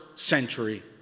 century